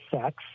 sex